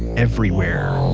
everywhere